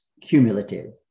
cumulative